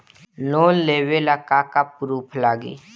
Loan लेबे ला का का पुरुफ लागि?